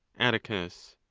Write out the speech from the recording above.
atticus.